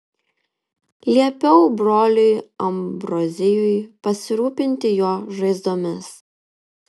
liepiau broliui ambrozijui pasirūpinti jo žaizdomis